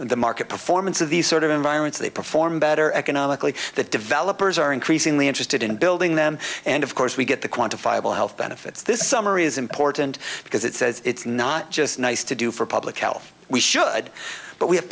the market performance of these sort of environments they perform better economically that developers are increasingly interested in building them and of course we get the quantifiable health benefits this summary is important because it says it's not just nice to do for public health we should but we have